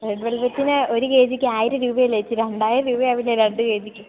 red വെൽവറ്റിന് ഒരു K ജിക്ക് ആയിരം രൂപയല്ലേ ചേച്ചീ രണ്ടായിരം രൂപയാകില്ലേ രണ്ട് കെ ജിക്ക്